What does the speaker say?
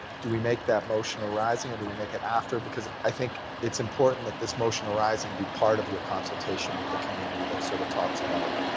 do we make that motion arising or do we make it after because i think it's important that this motion arising be part of your consultation with the community that sort of talks about